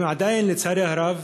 והן עדיין, לצערי הרב,